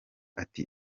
ati